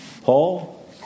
Paul